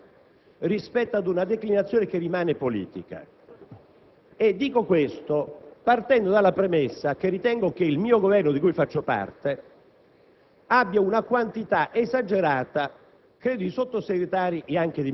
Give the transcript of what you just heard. Non siamo in presenza di un'idea economicistica rispetto ad una declinazione che rimane politica. Dico questo partendo dalla premessa che ritengo che il Governo di cui faccio parte